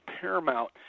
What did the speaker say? paramount